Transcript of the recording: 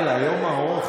יום ארוך.